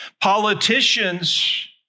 Politicians